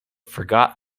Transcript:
forgot